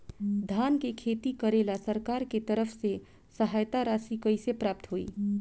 धान के खेती करेला सरकार के तरफ से सहायता राशि कइसे प्राप्त होइ?